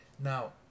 Now